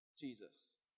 Jesus